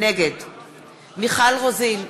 נגד מיכל רוזין,